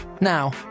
Now